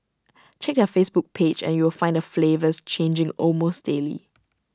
check their Facebook page and you will find the flavours changing almost daily